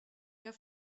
jag